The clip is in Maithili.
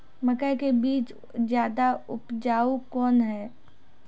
मकई के बीज ज्यादा उपजाऊ कौन है?